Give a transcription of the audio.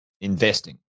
investing